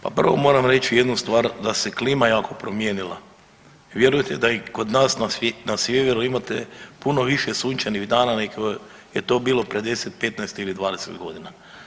Pa prvo moram reći jednu stvar, da se klima jako promijenila i vjerujte da i kod nas na sjeveru imate puno više sunčanih dana nego je to bilo pred 10, 15 ili 20 godina.